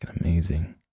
Amazing